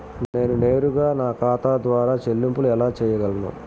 నేను నేరుగా నా ఖాతా ద్వారా చెల్లింపులు ఎలా చేయగలను?